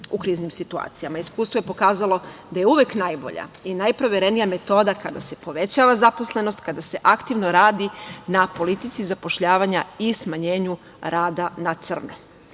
u kriznim situacijama. Iskustvo je pokazalo da je uvek najbolja i najproverenija metoda kada se povećava zaposlenost, kada se aktivno radi na politici zapošljavanja i smanjenju rada na